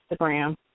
Instagram